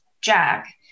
Jack